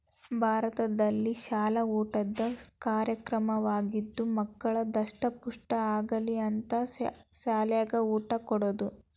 ಭಾರತದಲ್ಲಿಶಾಲ ಊಟದ ಕಾರ್ಯಕ್ರಮವಾಗಿದ್ದು ಮಕ್ಕಳು ದಸ್ಟಮುಷ್ಠ ಆಗಲಿ ಅಂತ ಸಾಲ್ಯಾಗ ಊಟ ಕೊಡುದ